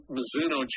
Mizuno